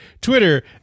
Twitter